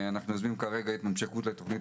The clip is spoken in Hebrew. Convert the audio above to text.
אנחנו יושבים כרגע בהתממשקות לתוכנית